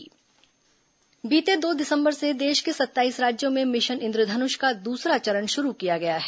mission Indradhanush बीते दो दिसंबर से देश के सत्ताईस राज्यों में मिशन इन्द्रधनुष का दूसरा चरण शुरू किया गया है